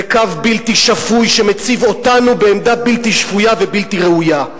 זה קו בלתי שפוי שמציב אותנו בעמדה בלתי שפויה ובלתי ראויה.